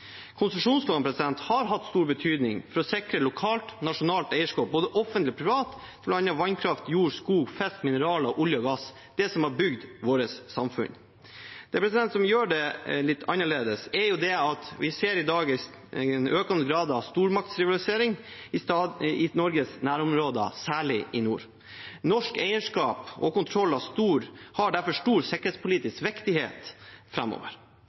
Konsesjonsloven har hatt stor betydning for å sikre lokalt og nasjonalt eierskap både offentlig og privat, bl.a. til vannkraft, jord, skog, fisk, mineraler, olje og gass; det som har bygd vårt samfunn. Det som gjør det litt annerledes i dag, er at vi ser en økende grad av stormaktsrivalisering i Norges nærområder, særlig i nord. Norsk eierskap og kontroll har derfor stor sikkerhetspolitisk viktighet